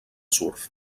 surf